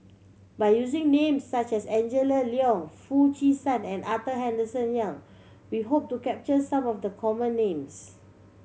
by using names such as Angela Liong Foo Chee San and Arthur Henderson Young we hope to capture some of the common names